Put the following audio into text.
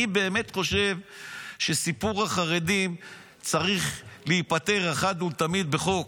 אני באמת חושב שסיפור החרדים צריך להיפתר אחת ולתמיד בחוק,